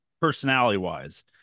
personality-wise